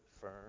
firm